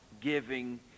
giving